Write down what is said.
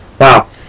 wow